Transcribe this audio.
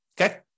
okay